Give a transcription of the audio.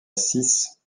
cisse